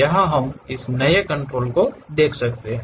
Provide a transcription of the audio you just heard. यहां हम इस नए कंट्रोल को देख सकते हैं